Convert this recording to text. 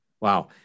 Wow